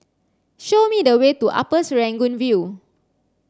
show me the way to Upper Serangoon View